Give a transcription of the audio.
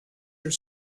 your